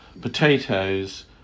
potatoes